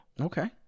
Okay